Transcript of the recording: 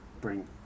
bring